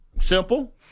Simple